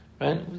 Right